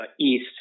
east